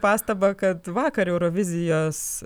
pastabą kad vakar eurovizijos